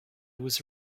was